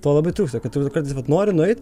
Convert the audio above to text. to labai trūksta kad tu vat kartais nori nueit